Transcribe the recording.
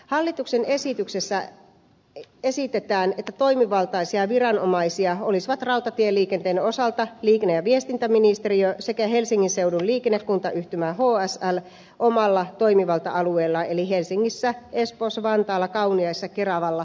hallituksen esityksessä esitetään että toimivaltaisia viranomaisia olisivat rautatieliikenteen osalta liikenne ja viestintäministeriö sekä helsingin seudun liikennekuntayhtymä hsl omalla toimivalta alueellaan eli helsingissä espoossa vantaalla kauniaisissa keravalla ja kirkkonummella